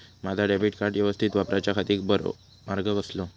माजा debit card यवस्तीत वापराच्याखाती बरो मार्ग कसलो?